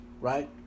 right